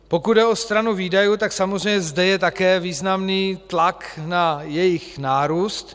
Pokud jde o stranu výdajů, tak samozřejmě zde je také významný tlak na jejich nárůst.